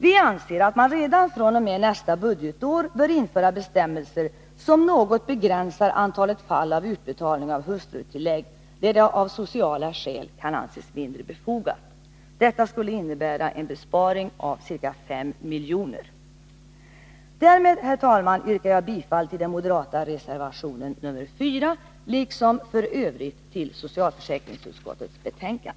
Vi anser att man redan fr.o.m. nästa budgetår bör införa bestämmelser som något begränsar antalet fall av utbetalning av hustrutilllägg, där det av socialä skäl kan anses mindre befogat. Det skulle innebära en besparing på ca 5 milj.kr. Därmed, herr talman, yrkar jag bifall till den moderata reservationen nr 4 och i övrigt bifall till socialförsäkringsutskottets hemställan.